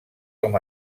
com